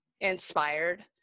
inspired